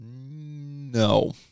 No